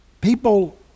people